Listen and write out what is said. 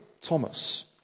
Thomas